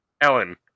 Ellen